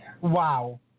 Wow